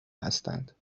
هستند